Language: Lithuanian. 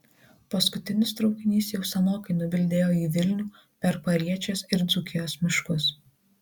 paskutinis traukinys jau senokai nubildėjo į vilnių per pariečės ir dzūkijos miškus